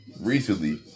recently